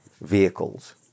vehicles